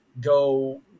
go